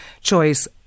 choice